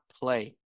play